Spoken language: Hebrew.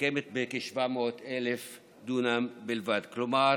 מסתכמת בכ-700,000 דונם בלבד, כלומר